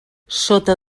sota